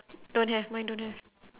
don't have mine don't have